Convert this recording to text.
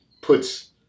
puts